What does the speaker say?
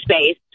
space